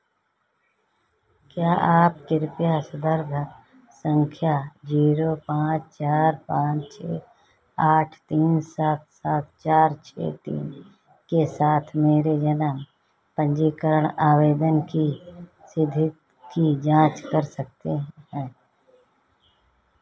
क्या आप कृपया सन्दर्भ सन्दर्भ संख्या जीरो पाँच चार पाँच छः आठ तीन सात सात चार छः तीन के साथ मेरे जन्म पंजीकरण आवेदन की स्थिति की जाँच कर सकते हैं